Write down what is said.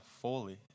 fully